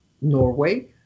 Norway